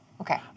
Okay